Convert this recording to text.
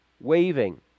waving